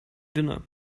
dinner